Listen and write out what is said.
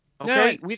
okay